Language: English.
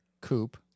coupe